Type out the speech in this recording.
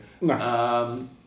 No